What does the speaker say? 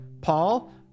Paul